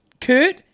Kurt